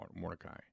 Mordecai